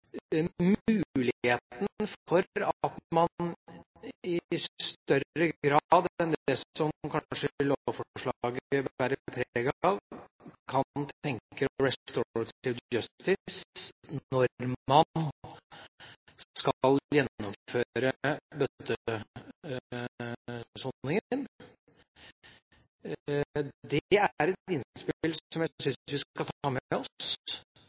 muligheten for at man i større grad enn det som kanskje lovforslaget bærer preg av, kan tenke «restorative justice» når man skal gjennomføre bøtesoningen. Det er et innspill som jeg synes vi skal ta med oss,